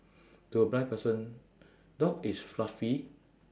to a blind person dog is fluffy